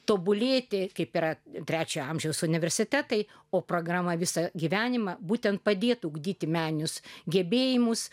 tobulėti kaip yra trečio amžiaus universitetai o programa visą gyvenimą būtent padėtų ugdyti meninius gebėjimus